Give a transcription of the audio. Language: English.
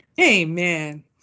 amen